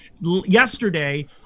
yesterday